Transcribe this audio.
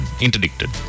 interdicted